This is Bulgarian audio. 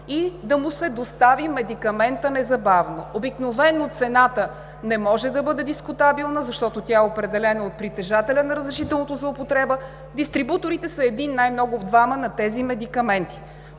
и да му се достави медикаментът незабавно. Обикновено цената не може да бъде дискутабилна, защото тя е определена от притежателя на разрешителното за употреба. Дистрибуторите са един, най-много двама на тези медикаменти.